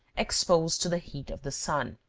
exposed to the heat of the sun.